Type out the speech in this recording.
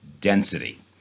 density